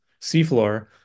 seafloor